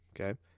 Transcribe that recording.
Okay